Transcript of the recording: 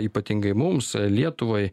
ypatingai mums lietuvai